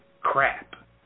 crap